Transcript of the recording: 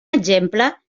exemple